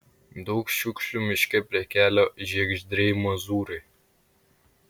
daug šiukšlių miške prie kelio žiegždriai mozūrai